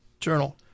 journal